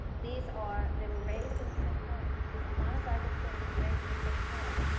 these are they were raised in the same home. these were monozygote twins raised in the same home.